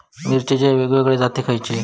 मिरचीचे वेगवेगळे जाती खयले?